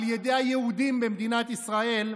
על ידי היהודים במדינת ישראל,